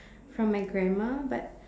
from my grandma but